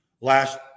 last